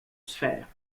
sphères